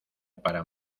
para